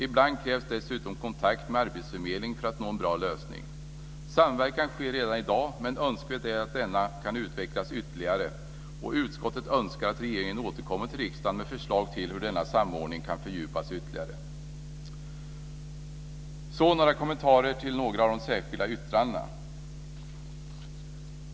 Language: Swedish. Ibland krävs det dessutom kontakt med arbetsförmedlingen för att nå en bra lösning. Samverkan sker redan i dag men önskvärt är att denna kan utvecklas ytterligare. Utskottet önskar att regeringen återkommer till riksdagen med förslag till hur denna samordning ytterligare kan fördjupas. Sedan ska jag göra några kommentarer till några av de särskilda yttrandena.